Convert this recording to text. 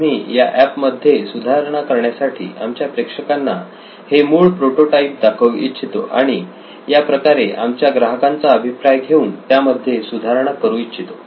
आम्ही या एप मध्ये सुधारणा करण्यासाठी आमच्या प्रेक्षकांना हे मूळ प्रोटोटाईप दाखवू इच्छितो आणि या प्रकारे आमच्या ग्राहकांचा अभिप्राय घेऊन यामध्ये सुधारणा करू इच्छितो